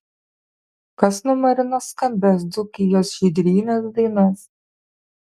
kas numarino skambias dzūkijos žydrynės dainas